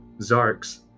Zarks